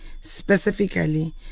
specifically